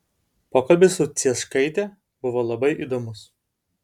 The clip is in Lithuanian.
pokalbis su cieškaite buvo labai įdomus